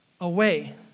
away